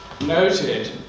noted